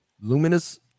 Luminous